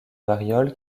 variole